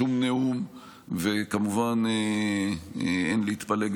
לשום נאום, וכמובן אין להתפלא,